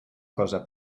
cosa